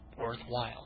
worthwhile